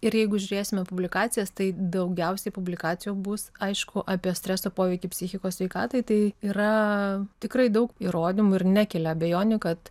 ir jeigu žiūrėsime publikacijas tai daugiausiai publikacijų bus aišku apie streso poveikį psichikos sveikatai tai yra tikrai daug įrodymų ir nekelia abejonių kad